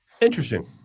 Interesting